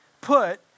put